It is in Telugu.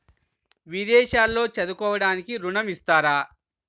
విదేశాల్లో చదువుకోవడానికి ఋణం ఇస్తారా?